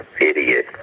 idiot